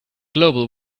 global